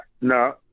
No